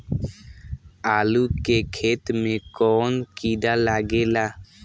आलू के खेत मे कौन किड़ा लागे ला?